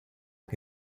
que